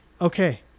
Okay